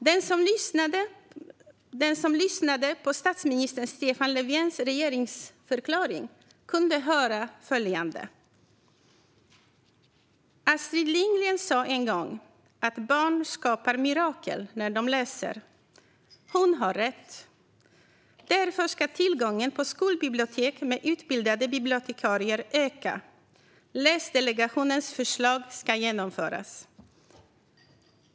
Den som lyssnade på statsminister Stefan Löfvens regeringsförklaring kunde höra följande: "Astrid Lindgren sa en gång att barn skapar mirakel när de läser. Hon hade rätt. Därför ska tillgången på skolbibliotek med utbildade bibliotekarier öka. Läsdelegationens förslag genomförs."